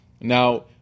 Now